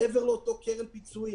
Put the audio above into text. זאת מעבר לאותה קרן פיצויים